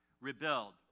rebelled